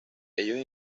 ellos